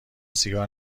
سیگار